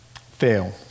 fail